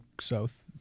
south